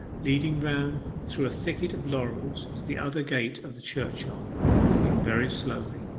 leading round through a thicket of laurels to the other gate of the church-yard, walking very slowly.